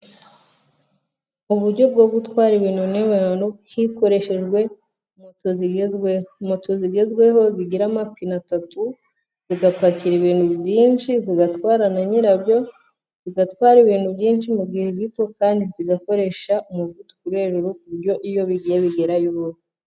Uburyo bwo gutwara ibintu n'abantu hakoreshejwe moto zigezwe, moto zigezweho zigira amapine atatu zigapakira ibintu byinshi, zigatwara na nyirabyo, zigatwara ibintu byinshi mu gihe gito kandi zigakoresha umuvuduko uri hejuru ku buryo iyo bigiye bigerayo vuba.